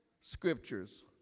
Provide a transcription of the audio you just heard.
scriptures